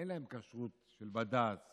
שאין להם כשרות של בד"ץ